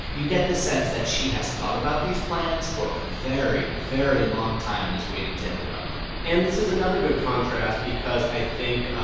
you get the sense that she has thought about these plans for a very, very long time and is waiting to implement them and this is another good contrast because, i think,